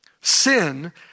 Sin